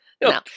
No